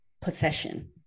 possession